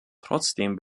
trotzdem